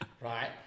Right